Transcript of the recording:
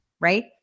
right